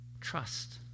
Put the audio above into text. trust